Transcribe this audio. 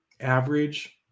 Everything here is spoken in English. Average